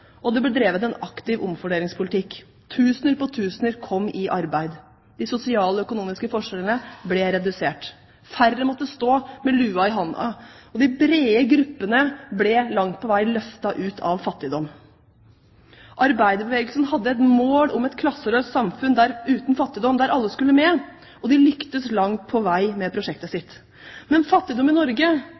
og det ble drevet en aktiv omfordelingspolitikk. Tusener på tusener kom i arbeid. De sosiale og økonomiske forskjellene ble redusert. Færre måtte stå med lua i handa, og de brede gruppene ble langt på vei løftet ut av fattigdom. Arbeiderbevegelsen hadde et mål om et klasseløst samfunn uten fattigdom der alle skulle med, og den lyktes langt på vei med prosjektet sitt. Men fattigdom i Norge